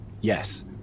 Yes